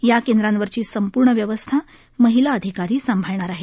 या केंद्रांवरची संपूर्ण व्यवस्था महिला अधिकारी सांभाळणार आहेत